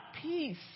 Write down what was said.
peace